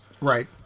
Right